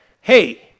hey